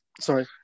Sorry